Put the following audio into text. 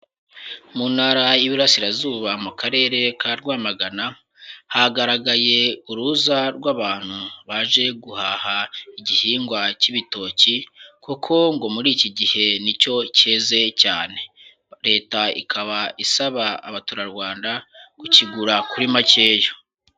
Mu Ntara y'Iburasirazuba mu Karere ka Rwamagana, hagaragaye uruza rw'abantu baje guhaha igihingwa cy'ibitoki kuko ngo muri iki gihe ni cyo cyeze cyane, Leta ikaba isaba abaturarwanda kukigura kuri makeya.